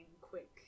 quick